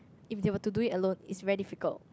if they were to do it alone it's very difficult